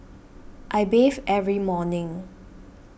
I bathe every morning